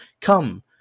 come